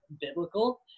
biblical